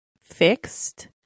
fixed